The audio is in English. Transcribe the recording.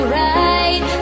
right